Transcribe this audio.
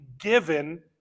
given